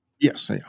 Yes